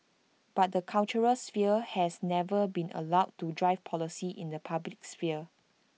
but the cultural sphere has never been allowed to drive policy in the public sphere